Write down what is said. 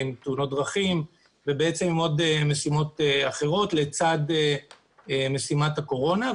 תאונות דרכים ומשימות אחרות לצד משימת הקורונה.